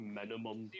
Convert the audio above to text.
minimum